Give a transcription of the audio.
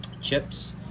chips